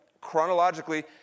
chronologically